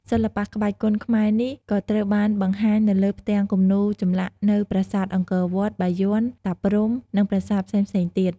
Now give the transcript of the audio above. សិល្បៈក្បាច់គុនខ្មែរនេះក៏ត្រូវបានបង្ហាញនៅលើផ្ទាំងគំនូរចម្លាក់នៅប្រាសាទអង្គរវត្ត បាយ័ន តាព្រហ្ម និងប្រាសាទផ្សេងៗទៀត។